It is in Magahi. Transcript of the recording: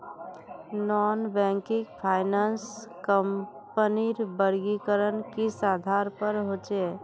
नॉन बैंकिंग फाइनांस कंपनीर वर्गीकरण किस आधार पर होचे?